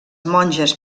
monges